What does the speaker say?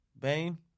Bane